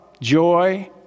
joy